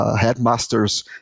Headmaster's